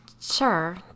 Sure